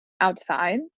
outside